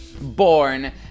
born